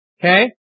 Okay